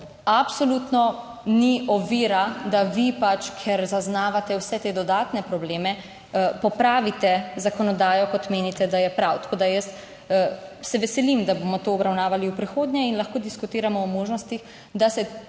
absolutno ni ovira, da vi pač, ker zaznavate vse te dodatne probleme, popravite zakonodajo, kot menite, da je prav. Tako, da jaz se veselim, da bomo to obravnavali v prihodnje in lahko diskutiramo o možnostih, da se